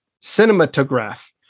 cinematograph